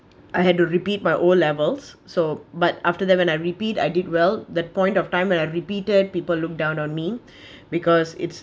I had to repeat my O_levels so but after that when I repeat I did well that point of time when I repeated people look down on me because it's